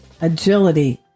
agility